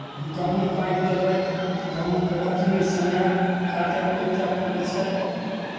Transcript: गहूँम पाकि गेलै गहूँमके कटनी समय काटय पीटय पड़ै छै